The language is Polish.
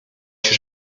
się